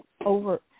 over